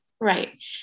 Right